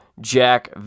Jack